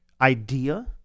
idea